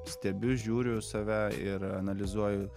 stebiu žiūriu save ir analizuoju